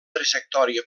trajectòria